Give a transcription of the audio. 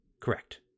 Correct